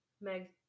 Meg